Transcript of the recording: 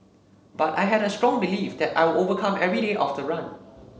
but I had a strong belief that I'll overcome every day of the run